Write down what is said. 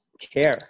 care